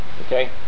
okay